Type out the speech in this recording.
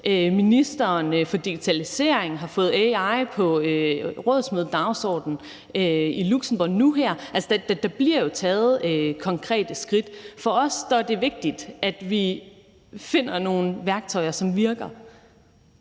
Ministeren for digitalisering har fået AI på rådsmødedagsordenen i Luxembourg nu her. Der bliver jo taget konkrete skridt. For os er det vigtigt, at vi finder nogle værktøjer, som virker.